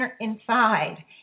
inside